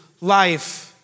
life